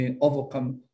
overcome